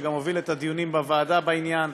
שגם הוביל את הדיונים בוועדה בעניין,